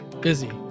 busy